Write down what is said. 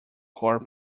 core